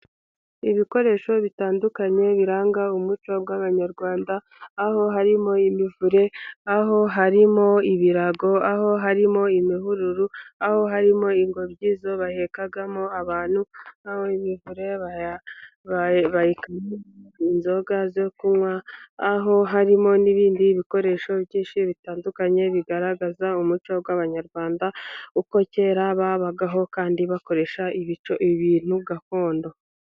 Ibikoresho bitandukanye biranga umuco bw'abanyarwanda. Aho harimo imivure , aho harimo ibirago, aho harimo imihururu , aho harimo ingobyi izo bahekagamo abantu, n' inzoga zo kunywa. Aho harimo n'ibindi bikoresho bynshi bitandukanye bigaragaza umuco w'Abanyarwanda , kuko kera babagaho kandi bakoresha ibintu gakondo.